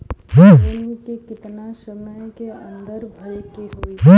Loan के कितना समय के अंदर भरे के होई?